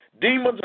demons